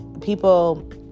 people